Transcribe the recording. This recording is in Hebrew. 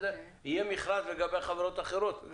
יהיה מכרז לגבי החברות האחרות.